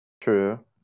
True